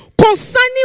Concerning